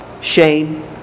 Shame